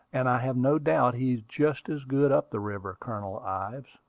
and i have no doubt he is just as good up the river, colonel ives,